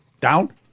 Down